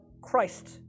Christ